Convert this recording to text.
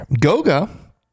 Goga